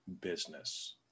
business